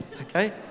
Okay